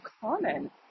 common